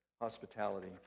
hospitality